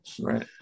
right